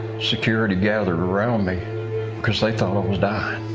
security gathered around me because they thought i was dying.